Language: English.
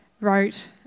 wrote